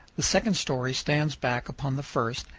the second story stands back upon the first,